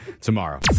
tomorrow